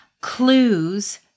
clues